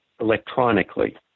electronically